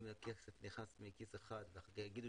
אם הכסף נכנס מכיס אחד ואחר כך יגידו